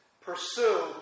pursue